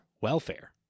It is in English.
welfare